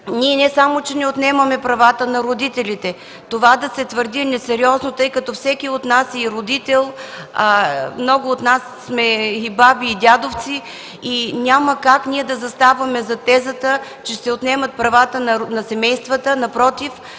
Ние не отнемаме правата на родителите – да се твърди това е несериозно, тъй като всеки от нас е родител, а много от нас сме баби и дядовци, и няма как ние да заставаме зад тезата, че се отнемат правата на семействата. Напротив,